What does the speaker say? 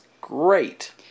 great